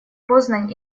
познань